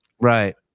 Right